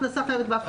חייבת בהפקדה.